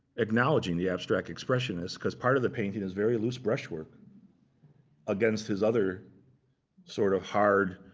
acknowledging the abstract expressionist, because part of the painting is very loose brushwork against his other sort of hard,